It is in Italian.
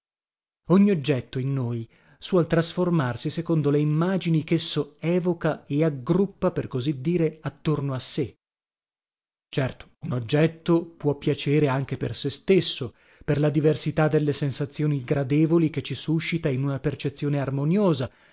ogni oggetto in noi suol trasformarsi secondo le immagini chesso evoca e aggruppa per così dire attorno a sé certo un oggetto può piacere anche per se stesso per la diversità delle sensazioni gradevoli che ci suscita in una percezione armoniosa